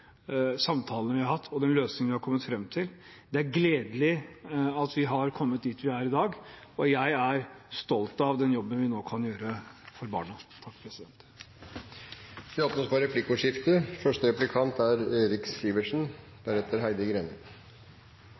samtalene vi har hatt, og den løsningen vi har kommet fram til. Det er gledelig at vi har kommet dit vi er i dag, og jeg er stolt av den jobben vi nå kan gjøre for barna. Det blir replikkordskifte. Det er interessant å høre at Høyre er